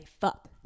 fuck